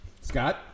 Scott